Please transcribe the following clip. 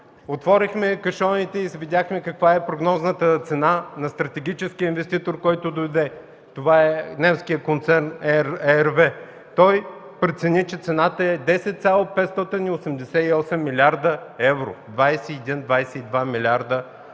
Отворихме кашоните и видяхме каква е прогнозната цена на стратегическия инвеститор, който дойде – това е немският концерн RWE. Той прецени, че цената е 10,588 млрд. евро – 21-22 млрд. лв.